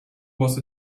was